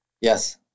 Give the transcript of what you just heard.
yes